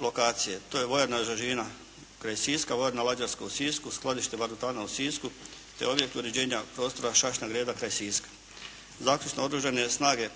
lokacije. To je vojarna Žažina kraj Siska, vojarna … /Ne razumije se./ … skladište barutana u Sisku te objekt uređenja prostora … /Ne razumije se./ … Greda kraj Siska. Zaključno. Oružane snage